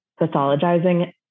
pathologizing